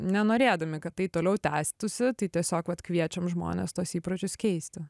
nenorėdami kad tai toliau tęstųsi tai tiesiog vat kviečiam žmones tuos įpročius keisti